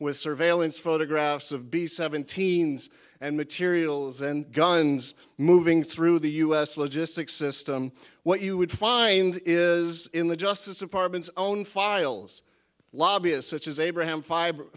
with surveillance photographs of b seventeen's and materials and guns moving through the u s logistics system what you would find is in the justice department's own files lobbyist such as abraham fib